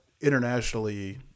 internationally